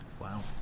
Wow